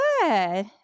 Good